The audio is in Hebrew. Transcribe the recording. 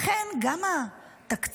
לכן, גם התקציב,